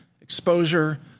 exposure